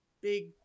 big